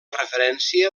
referència